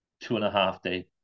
two-and-a-half-day